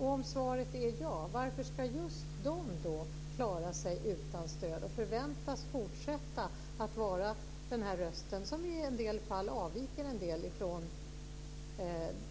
Om svaret är ja, varför ska då just de klara sig utan stöd och förväntas fortsätta vara den där rösten som i en del fall avviker något från